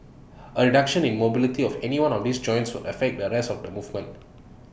A reduction in mobility of any one of these joints will affect the rest of the movement